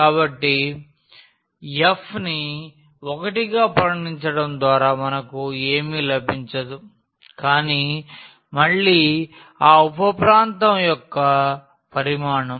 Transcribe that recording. కాబట్టి f ని 1 గా పరిగణించడం ద్వారా మనకు ఏమీ లభించదు కానీ మళ్ళీ ఆ ఉప ప్రాంతం యొక్క పరిమాణం